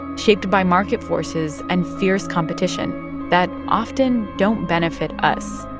shaped by market forces and fierce competition that often don't benefit us,